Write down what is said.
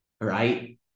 right